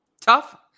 tough